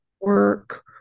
work